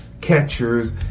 catchers